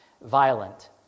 violent